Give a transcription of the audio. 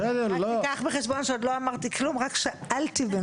רק תיקח בחשבון שלא אמרתי כלום רק שאלתי בינתיים.